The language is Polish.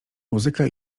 muzyka